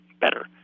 better